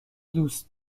دوست